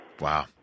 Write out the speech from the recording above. Wow